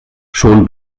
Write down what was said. schon